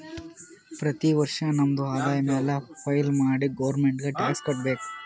ಪ್ರತಿ ವರ್ಷ ನಮ್ದು ಆದಾಯ ಮ್ಯಾಲ ಫೈಲ್ ಮಾಡಿ ಗೌರ್ಮೆಂಟ್ಗ್ ಟ್ಯಾಕ್ಸ್ ಕಟ್ಬೇಕ್